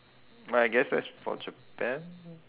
but I guess that's for japan